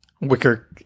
wicker